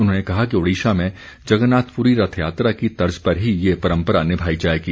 उन्होंने कहा कि ओडिशा में जगन्नाथपुरी रथयात्रा की तर्ज पर ही ये परम्परा निभाई जाएगी